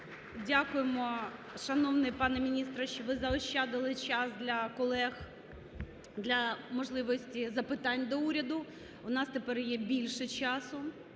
Дякуємо, шановний пане міністре, що ви заощадили час для колег, для можливості запитань до уряду, у нас тепер є більше часу,